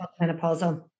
menopause